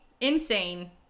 insane